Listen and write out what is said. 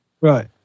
Right